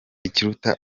ikiruta